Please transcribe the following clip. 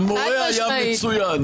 המורה היה מצוין.